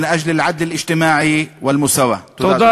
הצדק החברתי והשוויון.) תודה.